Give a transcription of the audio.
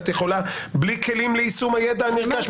את יכולה בלי כלים ליישום הידע הנרכש?